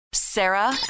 Sarah